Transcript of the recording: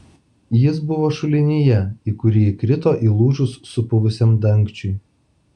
jis buvo šulinyje į kurį įkrito įlūžus supuvusiam dangčiui